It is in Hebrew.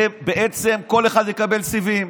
ובעצם כל אחד יקבל סיבים.